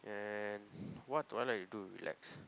and what do I like to do to relax